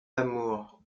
amour